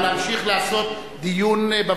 לשמור על שכרם של העובדים.